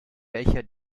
welcher